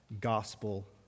gospel